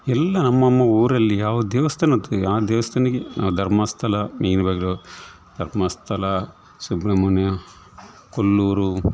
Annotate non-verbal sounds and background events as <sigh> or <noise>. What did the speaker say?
ಎಲ್ಲ ನಮ್ಮ ನಮ್ಮ ಊರಲ್ಲಿ ಯಾವ ದೇವಸ್ಥಾನ ಅಥವಾ ಯಾವ ದೇವಸ್ಥಾನಕ್ಕೆ ಧರ್ಮಸ್ಥಳ <unintelligible> ಧರ್ಮಸ್ಥಳ ಸುಬ್ರಹ್ಮಣ್ಯ ಕೊಲ್ಲೂರು